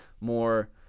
More